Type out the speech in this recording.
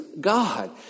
God